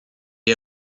est